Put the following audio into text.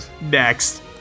Next